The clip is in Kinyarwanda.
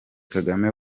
kagame